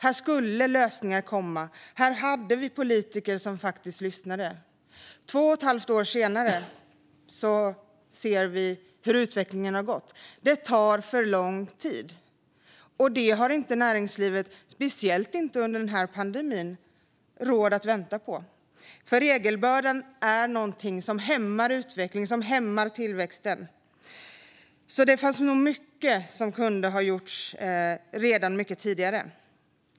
Här skulle lösningar komma, och här fanns det politiker som faktiskt lyssnade. Två och ett halvt år senare ser vi hur utvecklingen har gått. Det tar för lång tid. Näringslivet har inte råd att vänta, speciellt inte under pandemin. Regelbördan är nämligen någonting som hämmar utvecklingen och tillväxten. Det fanns nog mycket som kunde ha gjorts mycket tidigare.